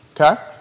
Okay